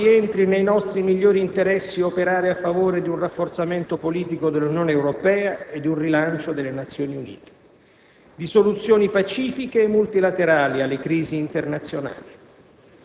La lezione vale anche per l'Italia, confermando quanto rientri nei nostri migliori interessi operare a favore di un rafforzamento politico dell'Unione europea e di un rilancio delle Nazioni Unite,